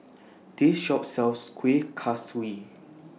This Shop sells Kueh Kaswi